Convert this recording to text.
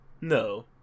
No